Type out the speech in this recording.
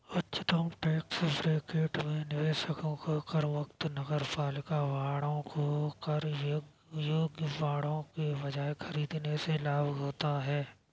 उच्चतम tax bracket में निवेशकों को करमुक्त नगरपालिका बांडों को कर योग्य बांडों के बजाय खरीदने से लाभ होता है